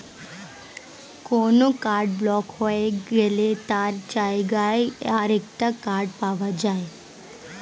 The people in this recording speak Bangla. কোনো কার্ড ব্লক হয়ে গেলে তার জায়গায় আরেকটা কার্ড পাওয়া যায়